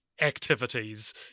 activities